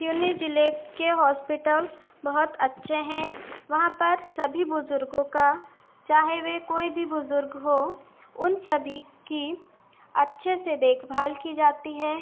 सिवनी ज़िले के हॉस्पिटल बहुत अच्छे हैं वहाँ पर सभी बुज़ुर्गों का चाहे वे कोई भी बुज़ुर्ग हों उन सभी की अच्छे से देखभाल की जाती है